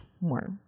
more